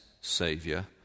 Savior